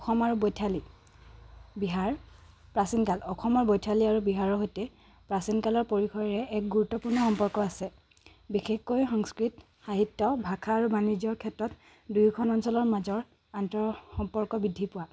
অসম আৰু বৈঠালী বিহাৰ প্ৰাচীনকাল অসমৰ বৈঠালী আৰু বিহাৰৰ সৈতে প্ৰাচীনকালৰ পৰিসৰেৰে এক গুৰুত্বপূৰ্ণ সম্পৰ্ক আছে বিশেষকৈ সংস্কৃত সাহিত্য ভাষা আৰু বাণিজ্যৰ ক্ষেত্ৰত দুয়োখন অঞ্চলৰ মাজৰ আন্তঃসম্পৰ্ক বৃদ্ধি পোৱা